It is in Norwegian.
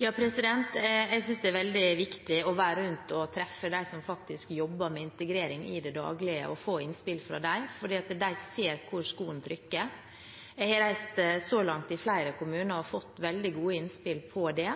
Jeg synes det er veldig viktig å være rundt om og treffe dem som faktisk jobber med integrering i det daglige, og få innspill fra dem, for de ser hvor skoen trykker. Jeg har så langt reist rundt i flere kommuner og fått veldig gode innspill på det.